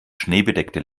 schneebedeckte